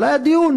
אבל היה דיון,